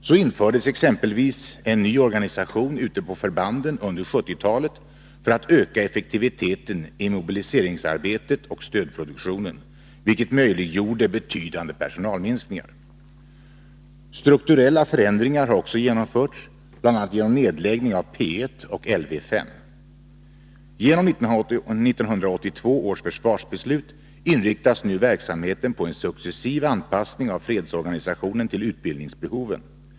Så infördes exempelvis en ny organisation ute på förbanden under 1970-talet för att öka effektiviteten i mobiliseringarbetet och stödproduktionen, vilket möjliggjorde betydande personalminskningar. Strukturella förändringar har också genomförts, bl.a. genom nedläggning av P1 och Lv 5. Genom 1982 års försvarsbeslut inriktas nu verksamheten på en successiv anpassning av fredsorganisationen till utbildningsbehoven.